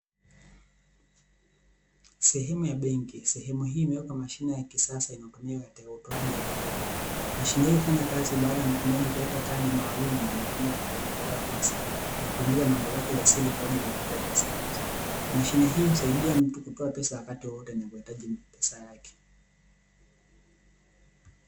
Sehemu ya benki sehemu hii imewwekwa mashine yakisasa mashine hii imewekwa ili kusaidia utoaji wa fedha kwa haraka mashine hii imewekwa kumsaidia mtu utoaji wa pesa yake